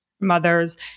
mothers